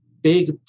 big